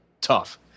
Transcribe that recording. tough